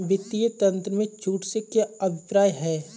वित्तीय तंत्र में छूट से क्या अभिप्राय है?